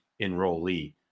enrollee